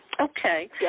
Okay